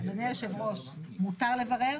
אדוני היושב-ראש, מותר לברר?